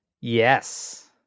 Yes